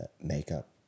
makeup